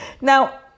Now